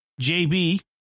JB